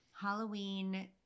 Halloween